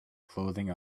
clothing